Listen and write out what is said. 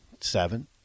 Seven